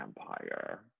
Empire